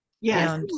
Yes